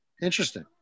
interesting